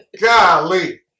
Golly